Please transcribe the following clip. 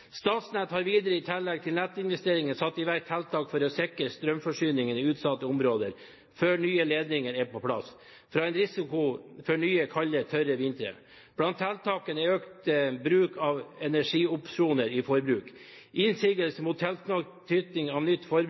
har videre i tillegg til nettinvesteringer satt i verk tiltak for å sikre strømforsyningen i utsatte områder før nye ledninger er på plass, ut fra en risiko for nye kalde og tørre vintre. Blant tiltakene er økt bruk av energiopsjoner i forbruk, innsigelser mot tilknytning av nytt